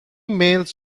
males